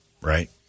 right